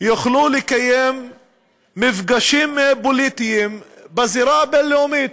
יוכלו לקיים מפגשים פוליטיים בזירה הבין-לאומית,